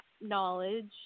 Knowledge